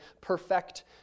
perfect